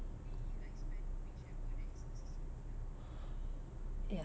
ya